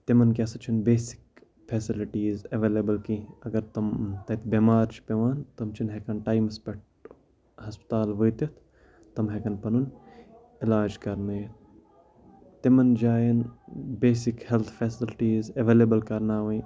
تِمَن کیٛاہ سا چھُنہٕ بیسِک فیسَلٹیٖز ایویلیبٕل کینٛہہ اگر تٕم تَتہِ بٮ۪مار چھِ پٮ۪وان تٕم چھِنہٕ ہٮ۪کان ٹایِمَس پٮ۪ٹھ ہَسپَتال وٲتِتھ تِم ہٮ۪کَن پَنُن علاج کَرنٲوِتھ تِمَن جایَن بیسِک ہیلٕتھ فیسَلٹیٖز ایویلیبٕل کَرناوٕنۍ